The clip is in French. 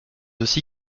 aussi